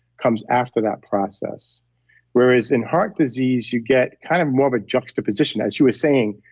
comes after that process whereas, in heart disease you get kind of more of a juxtaposition as you were saying,